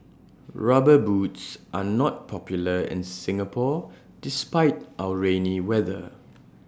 rubber boots are not popular in Singapore despite our rainy weather